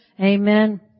Amen